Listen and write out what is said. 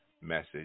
message